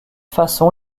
façon